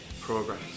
Progress